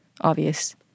obvious